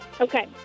Okay